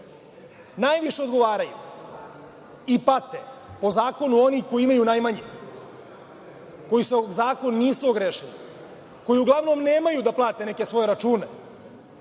najviše odgovaraju i pate po zakonu oni koji imaju najmanje, koji se o zakon nisu ogrešili, koji uglavnom nemaju da plate neke svoje račune.